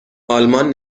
آلمان